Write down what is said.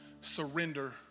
surrender